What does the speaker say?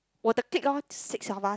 我的 the clique loh six of us